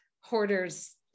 hoarder's